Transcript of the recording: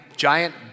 giant